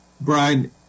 Brian